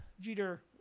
Jeter